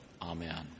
Amen